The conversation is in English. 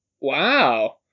Wow